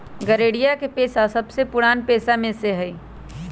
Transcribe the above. गरेड़िया के पेशा सबसे पुरान पेशा में से हई